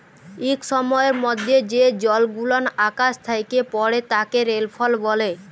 ইক সময়ের মধ্যে যে জলগুলান আকাশ থ্যাকে পড়ে তাকে রেলফল ব্যলে